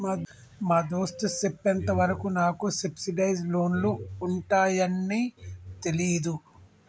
మా దోస్త్ సెప్పెంత వరకు నాకు సబ్సిడైజ్ లోన్లు ఉంటాయాన్ని తెలీదు